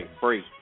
Free